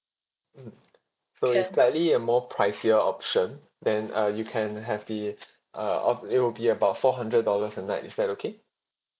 mm so it's slightly a more pricier option then uh you can have the uh of it will be about four hundred dollars a night is that okay